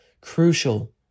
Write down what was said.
crucial